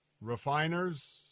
refiners